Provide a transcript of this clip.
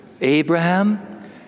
Abraham